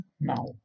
now